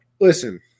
listen